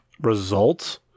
results